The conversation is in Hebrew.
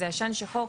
זה עשן שחור.